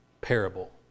parable